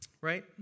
right